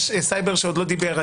יש סייבר שעוד לא דיבר.